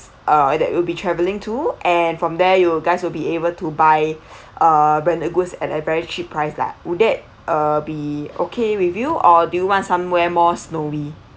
uh that you'll be travelling to and from there you'll guys will be able to buy uh branded goods at a very cheap price lah would that uh be okay with you or do you want somewhere more snowy